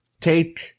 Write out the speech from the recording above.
Take